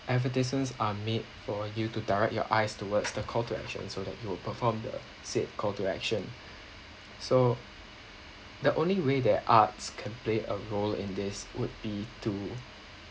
advertisements are made for you to direct your eyes towards the call to action so that you would perform the said call to action so the only way that arts can play a role in this would be to